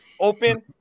open